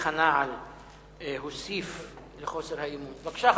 הנעל בבית-המשפט העליון לחוסר האמון במערכת המשפט,